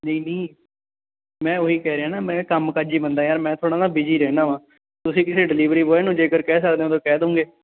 ਨਹੀਂ ਨਹੀਂ ਮੈਂ ਉਹੀ ਕਹਿ ਰਿਹਾ ਨਾ ਮੈਂ ਕੰਮ ਕਾਜੀ ਬੰਦਾ ਯਾਰ ਮੈਂ ਥੋੜ੍ਹਾ ਨਾ ਬਿਜ਼ੀ ਰਹਿੰਦਾ ਹਾਂ ਤੁਸੀਂ ਕਿਸੇ ਡਿਲੀਵਰੀ ਬੋਆਏ ਨੂੰ ਜੇਕਰ ਕਹਿ ਸਕਦੇ ਹੋ ਤਾਂ ਕਹਿ ਦੋਗੇ